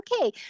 okay